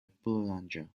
boulanger